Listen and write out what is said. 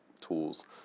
tools